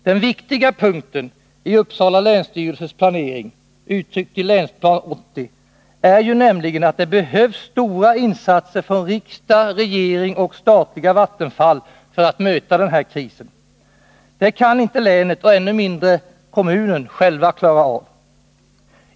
Den viktiga punkten i Uppsala länsstyrelses planering, uttryckt i Länsplan 80, är nämligen att det behövs stora insatser från riksdag, regering och statliga Vattenfall för att möta den här krisen. Det kan inte länet och ännu mindre kommunen själva klara av.